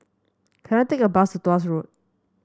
can I take a bus to Tuas Road